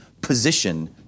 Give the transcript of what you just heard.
position